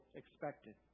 expected